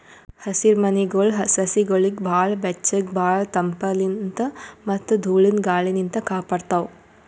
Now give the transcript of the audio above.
ಹಸಿರಮನೆಗೊಳ್ ಸಸಿಗೊಳಿಗ್ ಭಾಳ್ ಬೆಚ್ಚಗ್ ಭಾಳ್ ತಂಪಲಿನ್ತ್ ಮತ್ತ್ ಧೂಳಿನ ಗಾಳಿನಿಂತ್ ಕಾಪಾಡ್ತಾವ್